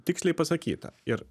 tiksliai pasakyta ir